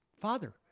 father